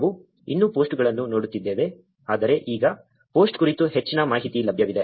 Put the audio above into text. ನಾವು ಇನ್ನೂ ಪೋಸ್ಟ್ಗಳನ್ನು ನೋಡುತ್ತಿದ್ದೇವೆ ಆದರೆ ಈಗ ಪೋಸ್ಟ್ ಕುರಿತು ಹೆಚ್ಚಿನ ಮಾಹಿತಿ ಲಭ್ಯವಿದೆ